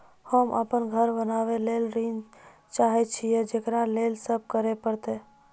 होम अपन घर बनाबै के लेल ऋण चाहे छिये, जेकरा लेल कि सब करें परतै?